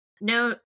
no